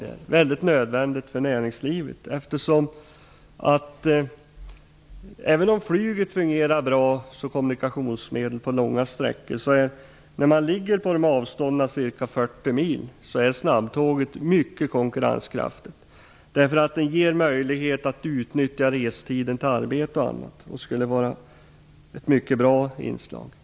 Det är nödvändigt för näringslivet. Även om flyget fungerar bra som kommunikationsmedel på långa sträckor, är snabbtåget mycket konkurrenskraftigt på sträckor på ca 40 mil. Det ger möjlighet att utnyttja restiden till arbete och annat, och det skulle vara ett mycket bra inslag.